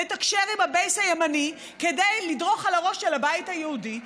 לתקשר עם ה-base הימני כדי לדרוך על הראש של הבית היהודי,